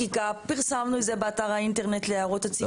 -- פרסמנו את זה באתר האינטרנט להערות הציבור.